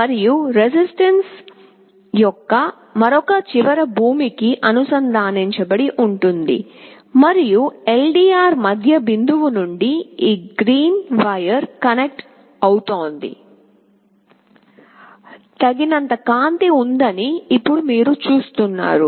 మరియు రెసిస్టెన్స్ యొక్క మరొక చివర భూమి కి అనుసంధానించబడి ఉంటుంది మరియు LDR మధ్య బిందువు నుండి ఈ గ్రీన్ వైర్ కనెక్ట్ అవుతోంది తగినంత కాంతి ఉందని ఇప్పుడు మీరు చూస్తున్నారు